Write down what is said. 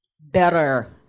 better